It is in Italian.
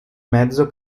mezzo